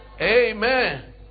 Amen